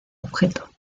objeto